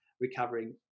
recovering